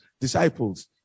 disciples